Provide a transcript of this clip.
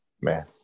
man